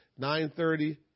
9.30